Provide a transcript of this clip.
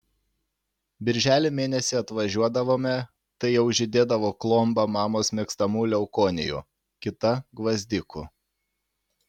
birželio mėnesį atvažiuodavome tai jau žydėdavo klomba mamos mėgstamų leukonijų kita gvazdikų